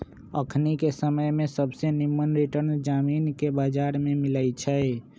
अखनिके समय में सबसे निम्मन रिटर्न जामिनके बजार में मिलइ छै